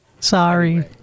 Sorry